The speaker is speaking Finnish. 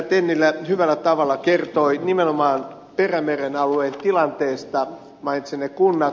tennilä hyvällä tavalla kertoi nimenomaan perämeren alueen tilanteesta mainitsi ne kunnat